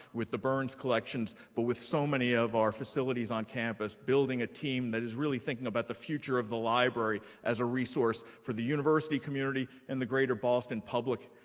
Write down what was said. with the burns collections, but with so many of our facilities on campus, building a team that is really thinking about the future of the library as a resource for the university community and the greater boston public,